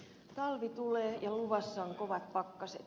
talvi tulee ja luvassa on kovat pakkaset